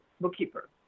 bookkeeper